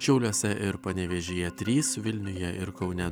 šiauliuose ir panevėžyje trys vilniuje ir kaune